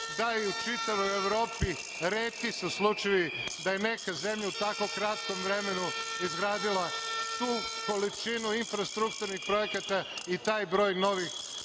da i u čitavoj Evropi retki su slučajevi da je neka zemlja u tako kratkom vremenu izgradila tu količinu infrastrukturnih projekata i taj broj novih